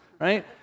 right